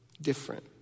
different